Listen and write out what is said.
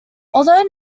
although